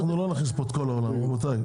אנחנו לא נכניס פה את כל העולם, רבותיי.